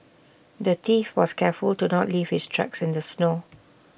the thief was careful to not leave his tracks in the snow